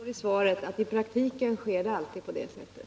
Herr talman! Som det står i svaret sker arbetet i praktiken alltid på det sättet.